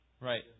Right